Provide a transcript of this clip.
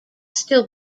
still